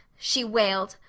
she wailed.